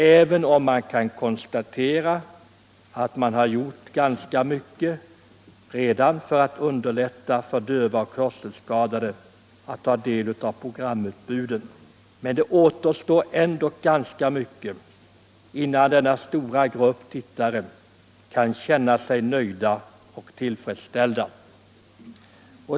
Även om ganska mycket redan har gjorts för att underlätta för döva och hörselskadade att ta del av programutbudet, återstår rätt mycket innan denna stora grupp av tittare kan känna sig nöjd och tillfredsställd.